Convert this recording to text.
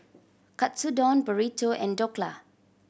Katsudon Burrito and Dhokla